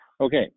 Okay